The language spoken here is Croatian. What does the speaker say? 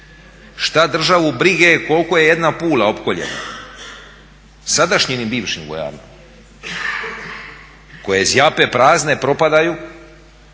Šta državu brige koliko je jedna Pula opkoljena sadašnjim i bivšim vojarnama koje zjape prazne, propadaju